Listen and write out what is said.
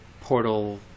portal